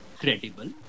credible